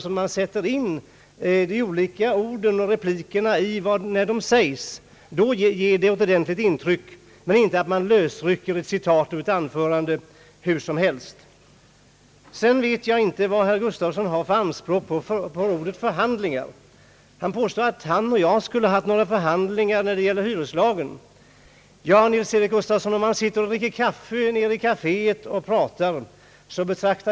Om man sätter in replikerna i deras rätta sammanhang ger de ett ordentligt intryck, men inte när man lösrycker citat hur som helst. Jag vet inte vad herr Nils-Eric Gustafsson har för anspråk på ordet förhandlingar. Han påstår att han och jag skulle ha förhandlat om hyreslagen. Jag betraktar det inte som förhandlingar när man sitter och dricker kaffe i kaféet och pratar.